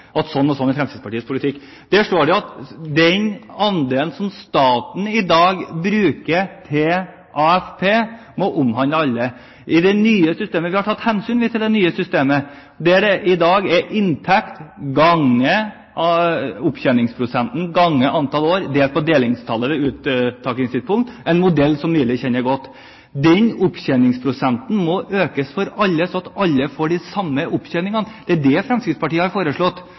at den andelen som staten i dag bruker på AFP, må omhandle «alle». Vi har tatt hensyn til det nye systemet der det i dag er inntekt ganger opptjeningsprosent ganger antall år delt på delingstallet ved uttakstidspunktet – en modell som Myrli kjenner godt. Den opptjeningsprosenten må økes for alle, slik at alle får den samme opptjeningen. Det er det Fremskrittspartiet har foreslått